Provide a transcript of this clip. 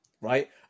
Right